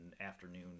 afternoon